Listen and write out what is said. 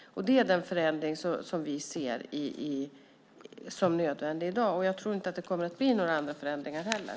Det är den förändring som vi ser som nödvändig i dag. Jag tror inte heller att det kommer att bli några andra förändringar.